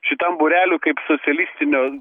šitam būreliui kaip socialistinio